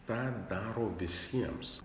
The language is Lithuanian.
tą daro visiems